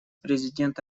президент